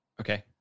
Okay